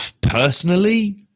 personally